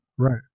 Right